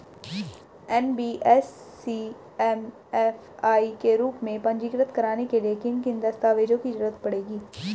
NBFC MFI के रूप में पंजीकृत कराने के लिए किन किन दस्तावेजों की जरूरत पड़ेगी?